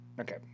Okay